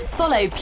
follow